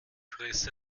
fresse